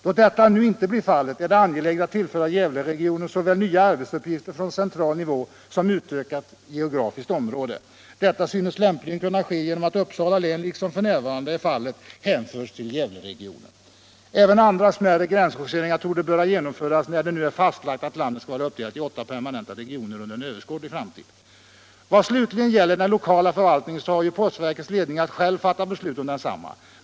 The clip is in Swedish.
Då detta nu icke blir fallet är det angeläget att tillföra Gävleregionen såväl nya arbetsuppgifter från central nivå som utökat geografiskt område. Detta synes lämpligen kunna ske genom att Uppsala län liksom f. n. är fallet hänförs till Gävleregionen. Även andra smärre gränsjusteringar torde böra genomföras när det nu är fastlagt att landet skall vara uppdelat i åtta permanenta regioner under en överskådlig framtid. Vad slutligen gäller den lokala förvaltningen har ju postverkets ledning att själv fatta beslut om densamma.